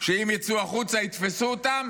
שאם ייצאו החוצה יתפסו אותם?